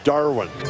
Darwin